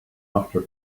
after